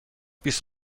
بیست